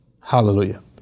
Hallelujah